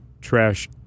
trash